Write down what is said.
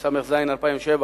התשס"ז 2007,